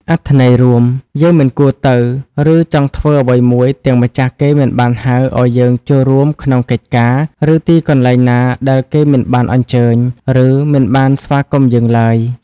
អត្ថន័យរួម យើងមិនគួរទៅ ឬ ចង់ធ្វើអ្វីមួយទាំងម្ចាស់គេមិនបានហៅឲ្យយើងចូលរួមក្នុងកិច្ចការ ឬទីកន្លែងណាដែលគេមិនបានអញ្ជើញ ឬមិនបានស្វាគមន៍យើងឡើយ។